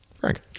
Frank